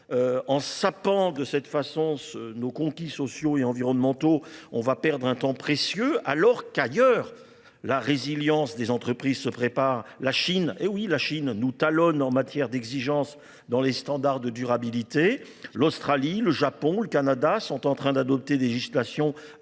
En sapant de cette façon nos conquis sociaux et environnementaux, on va perdre un temps précieux alors qu'ailleurs la résilience des entreprises se prépare. La Chine, et oui la Chine, nous talonne en matière d'exigence dans les standards de durabilité. L'Australie, le Japon, le Canada sont en train d'adopter des législations allant